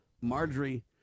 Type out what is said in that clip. Marjorie